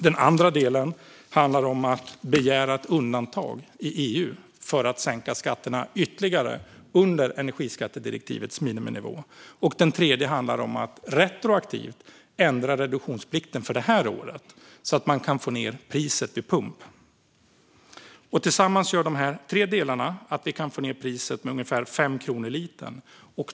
Den andra delen handlar om att begära undantag i EU för att sänka skatterna ytterligare så att de hamnar under energiskattedirektivets miniminivå. Den tredje delen handlar om att retroaktivt ändra reduktionsplikten för det här året så att man kan få ned priset vid pump. Tillsammans gör de här tre delarna att vi kan få ned priset med ungefär 5 kronor per liter.